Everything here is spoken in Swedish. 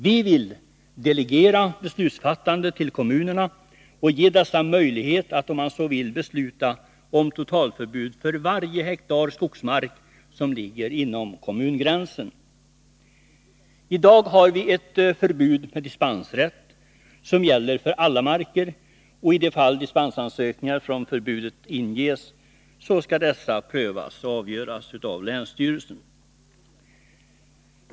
Vi vill delegera beslutsfattandet till kommunerna och ge dessa möjlighet att, om de så vill, besluta om totalförbud för varje hektar skogsmark som ligger inom kommungränsen. I dag har vi ett förbud med dispensrätt, vilket gäller för alla marker, och i de fall dispensansökningar från förbudet inges skall dessa prövas och avgöras av länsstyrelsen.